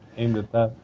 aimed at that.